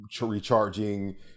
recharging